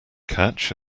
catch